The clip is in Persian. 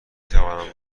توانم